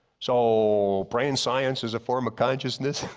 so brain science is a form of consciousness.